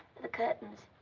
the curtains.